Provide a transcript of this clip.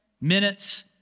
minutes